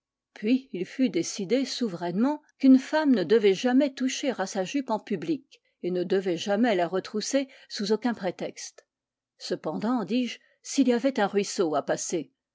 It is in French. puis il fut décidé souverainement qu'une femme ne devait jamais toucher à sa jupe en public et ne devait jamais la retrousser sous aucun prétexte cependant dis-je s'il y avait un ruisseau à passer